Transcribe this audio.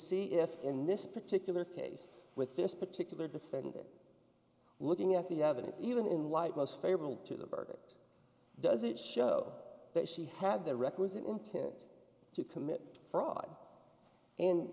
see if in this particular case with this particular defendant looking at the evidence even in light most favorable to the verdict does it show that she had the requisite intent to commit fraud and